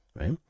right